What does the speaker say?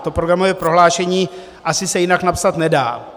To programové prohlášení asi se jinak napsat nedá.